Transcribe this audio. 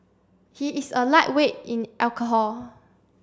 he is a lightweight in alcohol